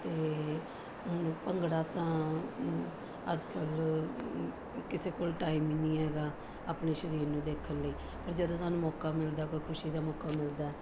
ਅਤੇ ਉਹਨੂੰ ਭੰਗੜਾ ਤਾਂ ਅੱਜ ਕੱਲ੍ਹ ਕਿਸੇ ਕੋਲ ਟਾਈਮ ਹੀ ਨਹੀਂ ਹੈਗਾ ਆਪਣੇ ਸਰੀਰ ਨੂੰ ਦੇਖਣ ਲਈ ਪਰ ਜਦੋਂ ਸਾਨੂੰ ਮੌਕਾ ਮਿਲਦਾ ਕੋਈ ਖੁਸ਼ੀ ਦਾ ਮੌਕਾ ਮਿਲਦਾ